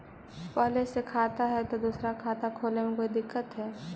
पहले से खाता है तो दूसरा खाता खोले में कोई दिक्कत है?